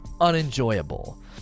unenjoyable